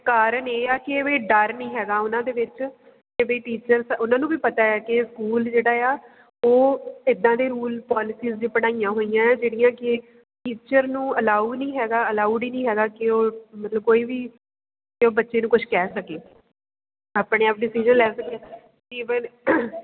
ਕਾਰਨ ਇਹ ਆ ਕਿ ਵੀ ਡਰ ਨਹੀਂ ਹੈਗਾ ਉਹਨਾਂ ਦੇ ਵਿੱਚ ਅਤੇ ਵਈ ਟੀਚਰਸ ਉਹਨਾਂ ਨੂੰ ਵੀ ਪਤਾ ਹੈ ਕਿ ਸਕੂਲ ਜਿਹੜਾ ਆ ਉਹ ਇੱਦਾਂ ਦੇ ਰੂਲ ਪੋਲਸੀਸ ਬਣਾਈਆਂ ਹੋਈਆਂ ਜਿਹੜੀਆਂ ਕਿ ਟੀਚਰ ਨੂੰ ਅਲਾਊ ਨਹੀਂ ਹੈਗਾ ਅਲਾਊਡ ਹੀ ਨਹੀਂ ਹੈਗਾ ਕਿ ਉਹ ਮਤਲਬ ਕੋਈ ਵੀ ਅਤੇ ਉਹ ਬੱਚੇ ਨੂੰ ਕੁਛ ਕਹਿ ਸਕੇ ਆਪਣੇ ਆਪ ਡਿਸੀਜ਼ਨ ਲੈ ਸਕੇ ਈਵਨ